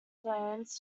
plans